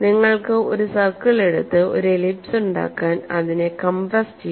നിങ്ങൾക്ക് ഒരു സർക്കിൾ എടുത്ത് ഒരു എലിപ്സ് ഉണ്ടാക്കാൻ അതിനെ കംപ്രസ് ചെയ്യാം